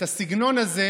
בסגנון הזה,